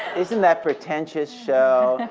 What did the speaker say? isn't that pretentious show?